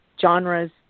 genres